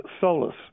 solace